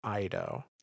Ido